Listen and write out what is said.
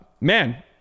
man